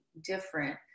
different